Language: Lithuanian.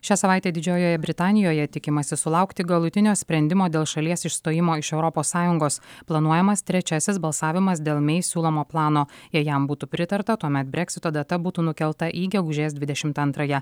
šią savaitę didžiojoje britanijoje tikimasi sulaukti galutinio sprendimo dėl šalies išstojimo iš europos sąjungos planuojamas trečiasis balsavimas dėl mei siūlomo plano jei jam būtų pritarta tuomet breksito data būtų nukelta į gegužės dvidešimt antrąją